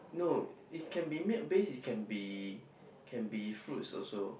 no it can be milk based can be can be fruits also